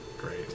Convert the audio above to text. great